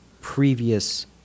previous